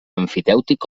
emfitèutic